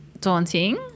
daunting